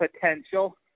potential